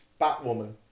Batwoman